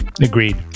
Agreed